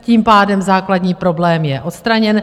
Tím pádem základní problém je odstraněn.